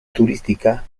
turística